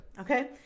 okay